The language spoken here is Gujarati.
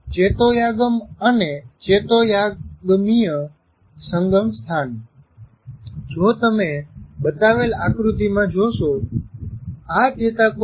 ચેતોયાગમ અને ચેતો યાગમિય સંગમસ્થાન જો તમે બતાવેલ આકૃતિમાં જોશો આ ચેતાકોષ છે